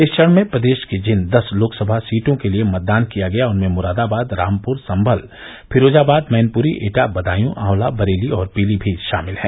इस चरण में प्रदेश की जिन दस लोकसभा सीटों के लिये मतदान किया गया उनमें मुरादाबाद रामपुर सम्भल फिरोजाबाद मैनपुरी एटा बदायूँ आंवला बरेली और पीलीमीत शामिल हैं